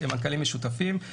מנכ"לים משותפים.